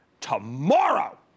tomorrow